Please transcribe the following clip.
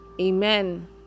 Amen